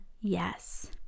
yes